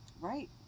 right